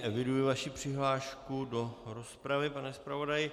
Eviduji vaši přihlášku do rozpravy, pane zpravodaji.